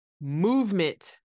movement